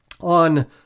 on